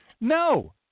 No